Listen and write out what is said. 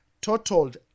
totaled